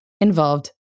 involved